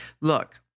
look